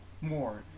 more